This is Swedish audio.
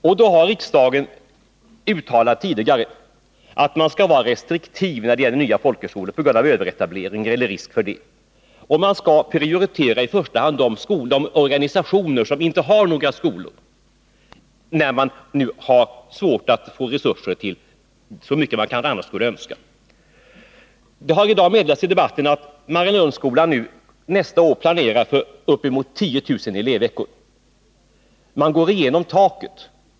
Riksdagen har tidigare uttalat att man skall vara restriktiv när det gäller nya folkhögskolor på grund av överetablering eller risk för sådan och att man skall prioritera de organisationer som inte har några skolor. Det har meddelats i debatten i dag att Mariannelunds folkhögskola planerar för uppemot 10 000 elevveckor nästa år. Man går igenom taket.